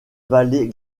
vallée